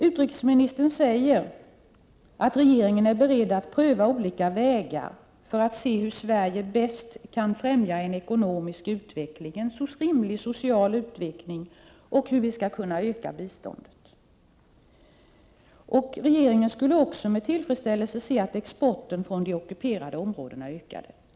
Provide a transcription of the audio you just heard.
Utrikesministern säger att regeringen är beredd att pröva olika vägar för att se hur Sverige bäst kan främja en ekonomisk utveckling, en rimlig social utveckling och hur vi skall kunna öka biståndet. Regeringen skulle också med tillfredsställelse se att exporten från de ockuperade områdena ökade.